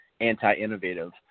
anti-innovative